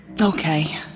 Okay